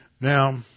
Now